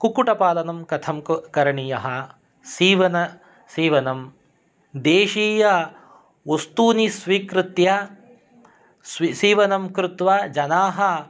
कुक्कुटपालनं कथं करणीयं सीवनं सीवनं देशीयवस्तूनि स्वीकृत्य सीवनं कृत्वा जनाः